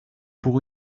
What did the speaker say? pour